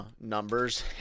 numbers